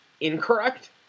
incorrect